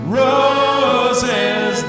roses